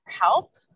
help